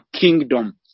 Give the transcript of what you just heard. kingdom